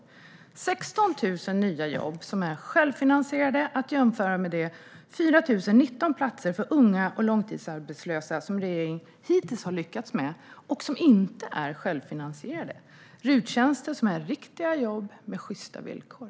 Det är 16 000 nya jobb som är självfinansierade - att jämföra med de 4 019 platser för unga och långtidsarbetslösa som regeringen hittills har lyckats med och som inte är självfinansierade. RUT-tjänster är riktiga jobb med sjysta villkor.